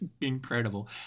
incredible